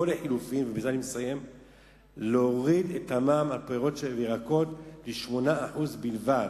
או לחלופין להוריד את המע"מ על פירות וירקות ל-8% בלבד.